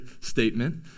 statement